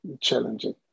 challenging